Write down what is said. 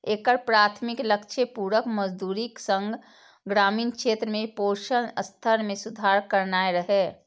एकर प्राथमिक लक्ष्य पूरक मजदूरीक संग ग्रामीण क्षेत्र में पोषण स्तर मे सुधार करनाय रहै